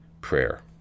prayer